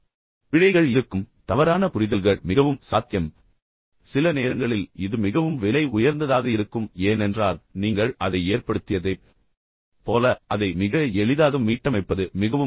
எனவே பிழைகள் இருக்கும் மற்றும் தவறான புரிதல்கள் மிகவும் சாத்தியம் சில நேரங்களில் இது மிகவும் விலை உயர்ந்ததாக இருக்கும் ஏனென்றால் நீங்கள் அதை ஏற்படுத்தியதைப் போல அதை மிக எளிதாக மீட்டமைப்பது மிகவும் கடினம்